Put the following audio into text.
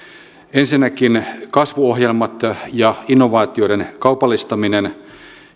ensinnäkin kasvuohjelmat ja innovaatioiden kaupallistaminen